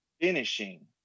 finishing